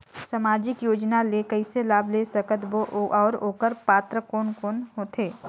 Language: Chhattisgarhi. समाजिक योजना ले कइसे लाभ ले सकत बो और ओकर पात्र कोन कोन हो थे?